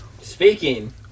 Speaking